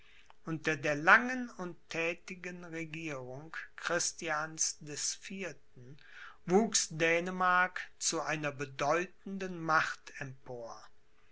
unter der langen und thätigen regierung christians des vierten wuchs dänemark zu einer bedeutenden macht empor